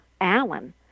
alan